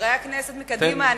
חברי הכנסת מקדימה,